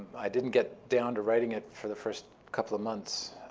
i didn't get down to writing it for the first couple of months.